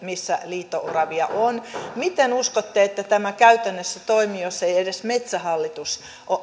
missä liito oravia on miten uskotte että tämä käytännössä toimii jos ei edes metsähallitus